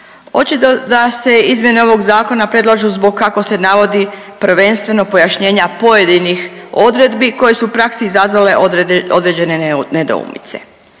Očito da se izmjene ovog zakona predlažu zbog kako se navodi prvenstveno pojašnjenja pojedinih odredbi koje su u praksi izazvale određene nedoumice.